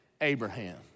Abraham